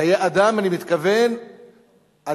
ב"חיי אדם" אני מתכוון אדם